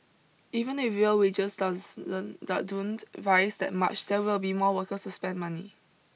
even if real wages doesn't don't rise that much there will be more workers to spend money